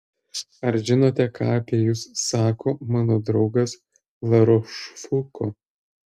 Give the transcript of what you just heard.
ar žinote ką apie jus sako mano draugas larošfuko